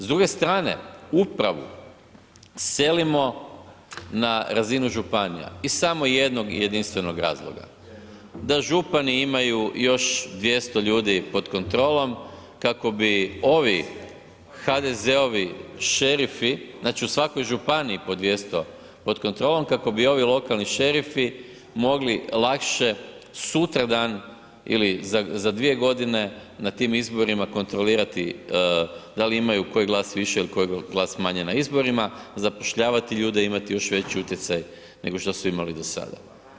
S druge strane upravu selimo na razinu županija iz samo jednog jedinstvenog razloga, da župani imaju još 200 ljudi pod kontrolom kako bi ovi HDZ-ovi šerifi, znači u svakoj županiji po 200 pod kontrolom, kako bi ovi lokalni šerifi mogli lakše sutradan ili za 2 godine na tim izborima kontrolirati da li imaju koji glas više ili koji glas manje na izborima, zapošljavati ljude i imati još veći utjecaj nego što su imali do sada.